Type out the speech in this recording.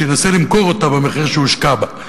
שינסה למכור אותה במחיר שהושקע בה.